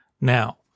Now